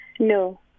no